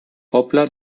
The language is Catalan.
poble